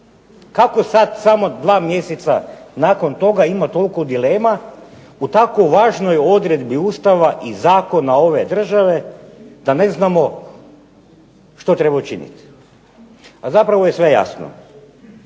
Kako sad samo dva mjeseca nakon toga ima toliko dilema o tako važnoj odredbi Ustava i zakona ove države da ne znamo što treba učiniti, a zapravo je sve jasno.